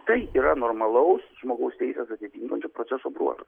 tai yra normalaus žmogaus teises atitinkančio proceso bruožas